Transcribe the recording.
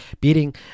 beating